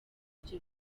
ibyo